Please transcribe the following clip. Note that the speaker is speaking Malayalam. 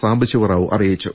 സാംബശിവറാവു അറിയിച്ചു